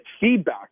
feedback